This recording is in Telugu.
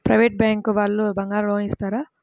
ప్రైవేట్ బ్యాంకు వాళ్ళు బంగారం లోన్ ఇస్తారా?